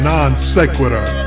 Non-Sequitur